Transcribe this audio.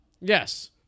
Yes